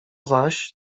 zaś